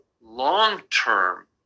long-term